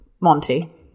Monty